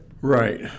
Right